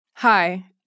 Hi